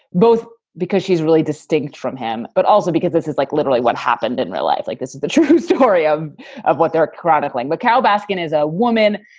both because she's really distinct from him, but also because this is like literally what happened in real life. like this is the true story of of what they're chronicling. macao, basken as a woman,